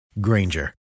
Granger